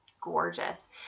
gorgeous